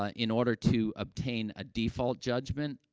ah in order to obtain a default judgment,